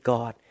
God